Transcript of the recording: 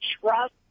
trust